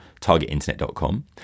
targetinternet.com